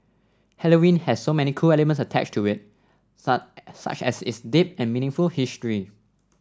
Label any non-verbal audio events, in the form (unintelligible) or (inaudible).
Halloween has so many cool elements attached to it (unintelligible) such as its deep and meaningful history